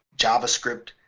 javascript,